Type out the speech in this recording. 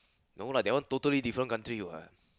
no lah that one totally different country what